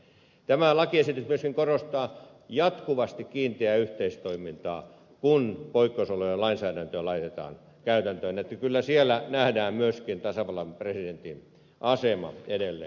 tämä lakiesitys myöskin korostaa jatkuvasti kiinteää yhteistoimintaa kun poikkeusolojen lainsäädäntöä laitetaan käytäntöön joten kyllä siellä nähdään myöskin tasavallan presidentin asema edelleen